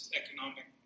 economic